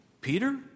Peter